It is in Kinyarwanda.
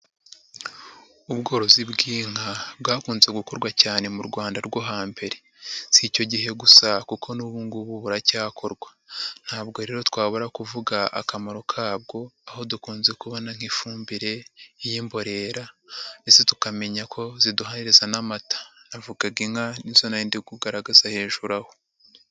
Ubworozi bw'inka bwakunze gukorwa cyane mu Rwanda rwo hambere, si icyo gihe gusa kuko n'ubu ngubu buracyakorwa, ntabwo rero twabura kuvuga akamaro kabwo aho dukunze kubona nk'ifumbire y'imborera ndetse tukamenya ko ziduhereza n'amata. Navugaga inka ni zo nari ndi kugaragaza hejuru aho.